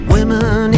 Women